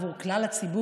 עבור כלל הציבור,